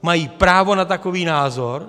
Mají právo na takový názor.